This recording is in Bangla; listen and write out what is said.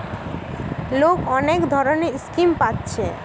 লোক অনেক ধরণের স্কিম পাচ্ছে